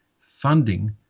funding